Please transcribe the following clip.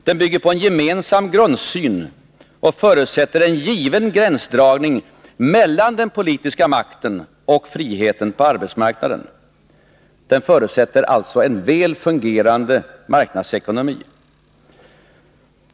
Den bygger på en gemensam grundsyn och förutsätter en given gränsdragning mellan den politiska makten och friheten på arbetsmarknaden. Den förutsätter alltså en väl fungerande marknadsekonomi.